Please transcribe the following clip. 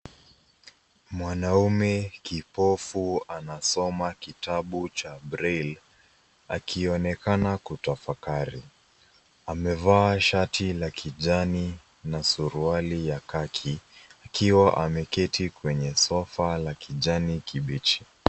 Mwanamume kipofu anasoma kitabu cha braille akionekana kutafakari. Amevaa shati la kijani na suruali ya kaki akiwa ameketi kwenye sofa la kijani kibichi.